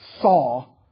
saw